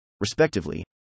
Respectively